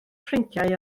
ffrindiau